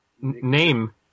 Name